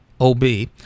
OB